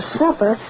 supper